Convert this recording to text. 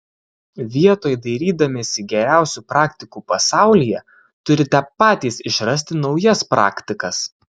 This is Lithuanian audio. vietoj dairydamiesi geriausių praktikų pasaulyje turite patys išrasti naujas praktikas